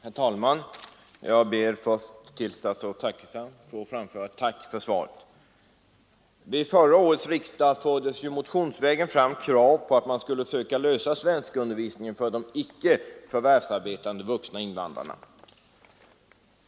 Herr talman! Jag ber att till statsrådet få framföra ett tack för svaret på min enkla fråga. Vid förra årets riksdag fördes motionsvägen fram krav på att man skulle söka lösa frågan om svenskundervisningen för icke förvärvsarbetande vuxna invandrare.